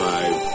Five